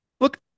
look